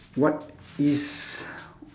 what is